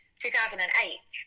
2008